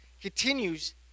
continues